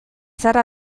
zara